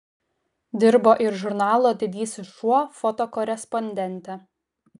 dirbo ir žurnalo didysis šuo fotokorespondente